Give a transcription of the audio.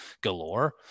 galore